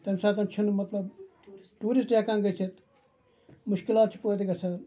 تَمہِ ساتہٕ چھُنہٕ مطلب ٹیوٗرِسٹ ہیٚکان گٔژھتھ مُشکِلات چھِ پٲدٕ گژھان